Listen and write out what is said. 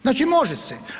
Znači može se.